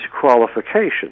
qualifications